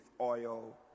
oil